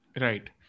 Right